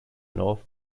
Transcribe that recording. north